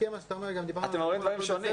אתם אומרים דברים שונים.